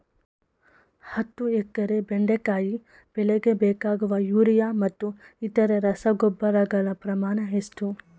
ಹತ್ತು ಎಕರೆ ಬೆಂಡೆಕಾಯಿ ಬೆಳೆಗೆ ಬೇಕಾಗುವ ಯೂರಿಯಾ ಮತ್ತು ಇತರೆ ರಸಗೊಬ್ಬರಗಳ ಪ್ರಮಾಣ ಎಷ್ಟು?